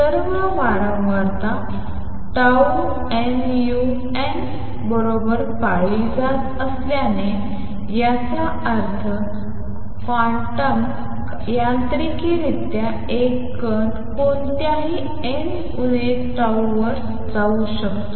सर्व वारंवारता tau nu n बरोबर पाळली जात असल्याने याचा अर्थ क्वांटम यांत्रिकरित्या एक कण कोणत्याही n उणे ताऊवर जाऊ शकतो